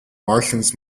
martians